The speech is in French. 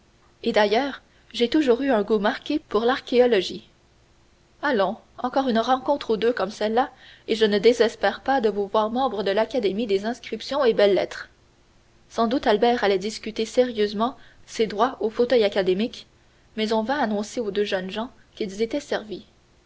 et d'ailleurs j'ai toujours eu un goût marqué pour l'archéologie allons encore une rencontre ou deux comme celle-là et je ne désespère pas de vous voir membre de l'académie des inscriptions et belles-lettres sans doute albert allait discuter sérieusement ses droits au fauteuil académique mais on vint annoncer aux deux jeunes gens qu'ils étaient servis